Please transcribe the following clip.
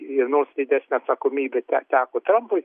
ir nors didesnė atsakomybė te teko trampui